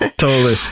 ah totally,